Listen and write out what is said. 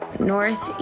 North